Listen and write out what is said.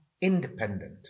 independent